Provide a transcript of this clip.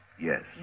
Yes